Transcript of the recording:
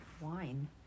Wine